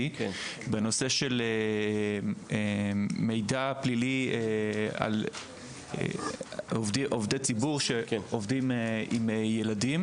בנושא של מידע פלילי על עובדי ציבור שעובדים עם ילדים.